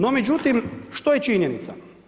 No, međutim, što je činjenica.